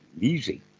easy